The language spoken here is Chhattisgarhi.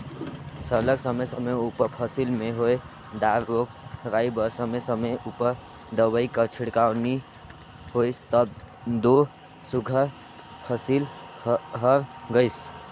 सरलग समे समे उपर फसिल में होए दार रोग राई बर समे समे उपर दवई कर छिड़काव नी होइस तब दो सुग्घर फसिल हर गइस